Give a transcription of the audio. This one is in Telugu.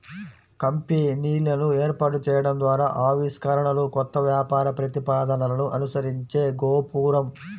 కంపెనీలను ఏర్పాటు చేయడం ద్వారా ఆవిష్కరణలు, కొత్త వ్యాపార ప్రతిపాదనలను అనుసరించే గోపురం